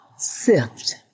SIFT